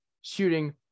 shooting